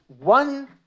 one